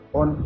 on